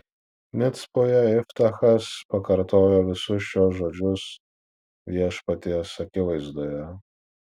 micpoje iftachas pakartojo visus šiuos žodžius viešpaties akivaizdoje